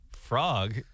frog